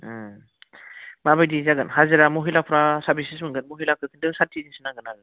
माबायदि जागोन हाजिरा महिलाफ्रा साबेसे संगोन महिलाफोरखौ साथिजोनसो नांगोन आरो